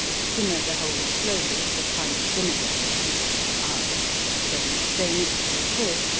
simmer the whole slowly, with a pint of vinegar, three or four hours then strain it through a sieve,